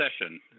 session